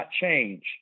change